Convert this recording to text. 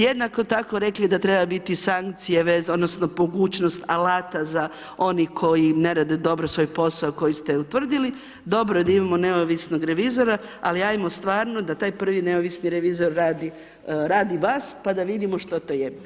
Jednako tako rekli da treba biti sankcije odnosno mogućnosti alata za oni koji ne rade dobro svoj posao koji ste utvrdili, dobro je da imamo neovisnog revizora ali ajmo stvarno da taj prvi neovisni revizor radi, radi vas pa da vidimo što to je.